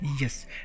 Yes